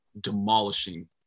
demolishing